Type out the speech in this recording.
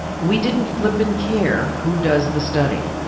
we didn't flippin' care who does the study.